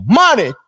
money